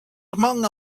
among